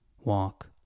walk